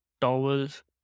towels